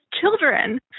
children